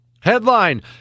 Headline